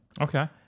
okay